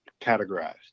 categorized